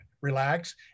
relax